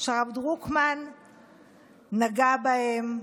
שהרב דרוקמן נגע בהם,